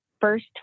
first